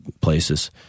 places